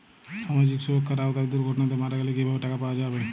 সামাজিক সুরক্ষার আওতায় দুর্ঘটনাতে মারা গেলে কিভাবে টাকা পাওয়া যাবে?